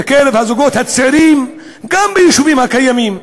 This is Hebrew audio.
בקרב הזוגות הצעירים גם ביישובים הקיימים.